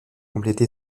complété